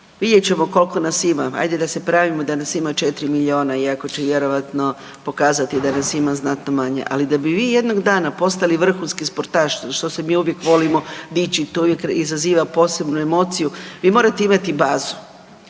vidjet ćemo koliko nas ima, ajde da se pravimo da nas ima 4 milijuna iako će vjerojatno pokazati da nas ima znatno manje. Ali da bi vi jednog dana postali vrhunski sportaš što se mi uvijek volimo dičit to uvijek izaziva posebnu emociju, vi morate imati bazu,